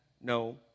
no